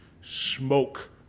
Smoke